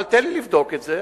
אבל תן לי לבדוק את זה,